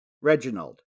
Reginald